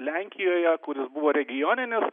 lenkijoje kuris buvo regioninis